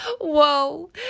whoa